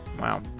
wow